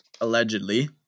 allegedly